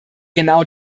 genau